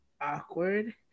awkward